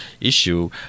issue